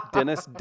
Dennis